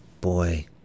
boy